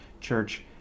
church